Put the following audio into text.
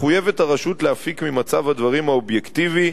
מחויבת הרשות להפיק ממצב הדברים האובייקטיבי,